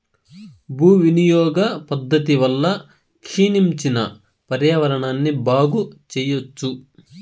భూ వినియోగ పద్ధతి వల్ల క్షీణించిన పర్యావరణాన్ని బాగు చెయ్యచ్చు